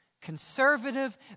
conservative